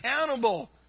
accountable